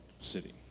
city